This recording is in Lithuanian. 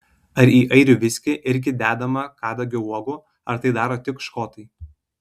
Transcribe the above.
ar į airių viskį irgi dedama kadagio uogų ar tai daro tik škotai